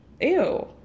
ew